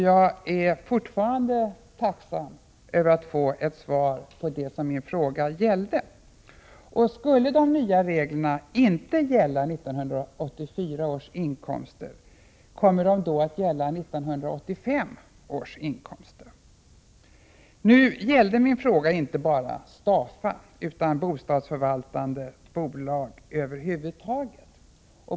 Jag skulle fortfarande vara tacksam att få svar på det som frågan gällde. Och skulle de nya reglerna inte gälla 1984 års inkomster, kommer de då att gälla 1985 års inkomster? Nu gällde min fråga dock inte bara Stafa utan bostadsförvaltande bolag över huvud taget.